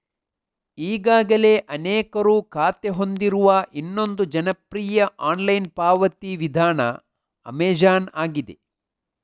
ಈಗಾಗಲೇ ಅನೇಕರು ಖಾತೆ ಹೊಂದಿರುವ ಇನ್ನೊಂದು ಜನಪ್ರಿಯ ಆನ್ಲೈನ್ ಪಾವತಿ ವಿಧಾನ ಅಮೆಜಾನ್ ಆಗಿದೆ